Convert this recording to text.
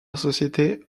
société